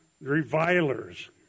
revilers